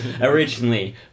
Originally